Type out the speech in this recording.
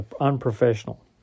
unprofessional